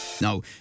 Now